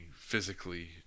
physically